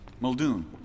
Muldoon